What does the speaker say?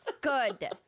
Good